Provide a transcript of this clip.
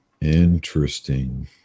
Interesting